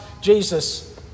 Jesus